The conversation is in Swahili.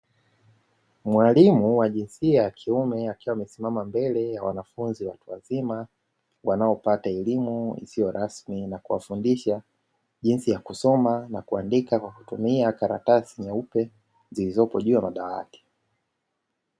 Mwalimu wa jinsia ya kiume akiwa amesimama mbele ya wanafunzi watu wazima wanaopata elimu isiyo rasmi na kuwafundisha jinsi ya kusoma na kuandika kwa kutumia karatasi nyeupe zilizopo juu ya madawati.